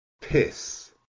piss